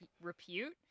repute